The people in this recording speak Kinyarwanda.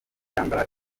yambara